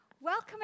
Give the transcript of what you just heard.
Welcome